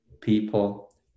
people